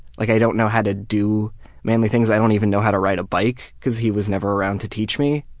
like i don't know how to do manly things. i don't even know how to ride a bike because he was never around to teach me.